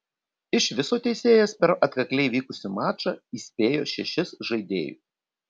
iš viso teisėjas per atkakliai vykusį mačą įspėjo šešis žaidėjus